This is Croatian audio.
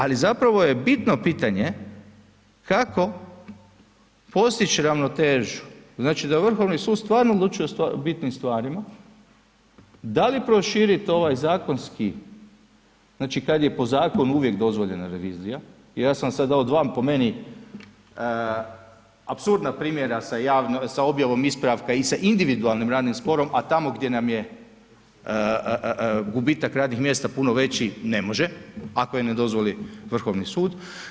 Ali zapravo je bitno pitanje kako postići ravnotežu, znači da Vrhovni sud stvarno odlučuje o bitnim stvarima, da li proširiti ovaj zakonski, znači kad je po zakonu uvijek dozvoljena revizija i ja sam vam sada dao dva po meni apsurdna primjera sa objavom ispravka i sa individualnim radnim sporom, a tamo gdje nam je gubitak radnih mjesta puno veći ne može, ako je ne dozvoli Vrhovni sud.